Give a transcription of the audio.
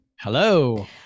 Hello